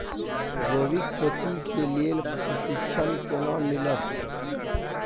जैविक खेती के लेल प्रशिक्षण केना मिलत?